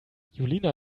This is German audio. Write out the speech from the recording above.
julina